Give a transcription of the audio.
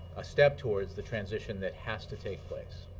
a step towards the transition that has to take place,